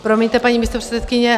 Promiňte, paní místopředsedkyně.